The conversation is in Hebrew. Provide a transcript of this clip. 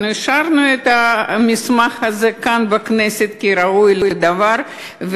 אישרנו את המסמך כאן בכנסת כראוי לדבר,